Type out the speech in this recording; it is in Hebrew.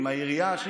עם העירייה.